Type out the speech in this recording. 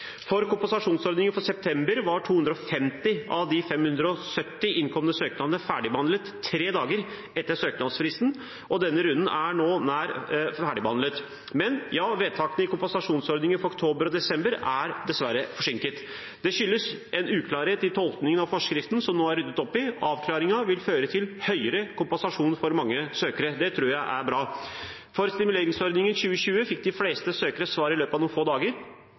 For kompensasjonsordningen for september var 250 av de 570 innkomne søknadene ferdigbehandlet tre dager etter søknadsfristen, og denne runden er nå nær ferdigbehandlet. Men vedtakene i kompensasjonsordningen for oktober–desember er dessverre forsinket. Det skyldes en uklarhet i tolkningen av forskriften, som nå er ryddet opp i. Avklaringen vil føre til høyere kompensasjon for mange søkere. Det tror jeg er bra. For stimuleringsordningen 2020 fikk de fleste søkere svar i løpet av noen få dager,